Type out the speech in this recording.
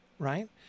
Right